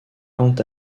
quant